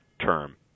term